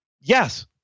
yes